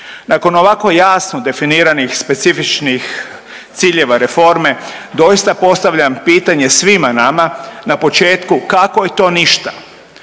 Nakon ovako jasno definiranih specifičnih ciljeva reforme doista postavljam pitanje svima nama na početku kako je to ništa,